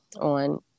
on